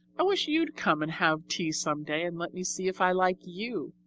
i wish you'd come and have tea some day and let me see if i like you.